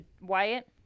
Wyatt